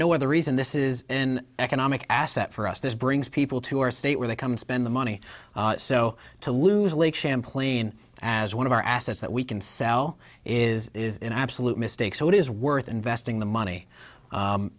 no other reason this is an economic asset for us this brings people to our state where they come spend the money so to lose lake champlain as one of our assets that we can sell is an absolute mistake so it is worth investing the money